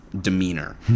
Demeanor